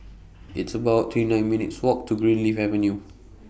It's about twenty nine minutes' Walk to Greenleaf Avenue